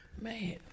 man